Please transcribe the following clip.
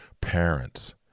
parents